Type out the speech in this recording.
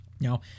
Now